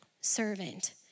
servant